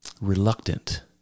reluctant